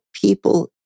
people